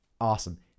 Awesome